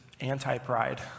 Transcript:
anti-pride